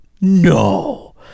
No